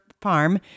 farm